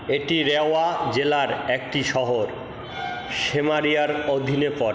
এটি রেওয়া জেলার একটি শহর সেমারিয়ার অধীনে পড়ে